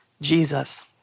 Jesus